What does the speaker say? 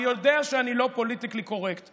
אני יודע שאני לא פוליטיקלי קורקט.